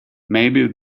maybe